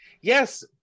Yes